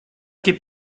che